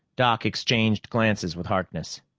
doc exchanged glances with harkness.